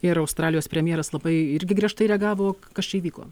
ir australijos premjeras labai irgi griežtai reagavo kas čia įvyko